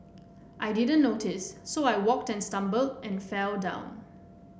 I didn't notice so I walked and stumbled and fell down